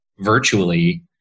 virtually